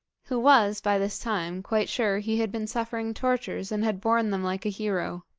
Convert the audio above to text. who was by this time quite sure he had been suffering tortures, and had borne them like a hero.